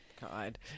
God